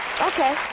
Okay